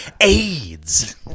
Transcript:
AIDS